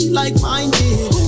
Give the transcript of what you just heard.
like-minded